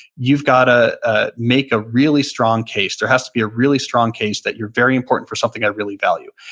you've got to ah ah make a really strong case. there has to be a really strong case that you're very important for something i really value.